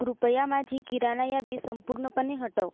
कृपया माझी किराणा यादी संपूर्णपणे हटव